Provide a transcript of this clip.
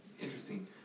Interesting